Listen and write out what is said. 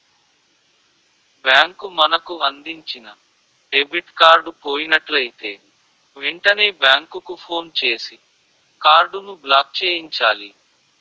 bank మనకు అందించిన debit card పోయినట్లయితే వెంటనే బ్యాంకుకు ఫోన్ చేసి కార్డును బ్లాక్చేయించాలి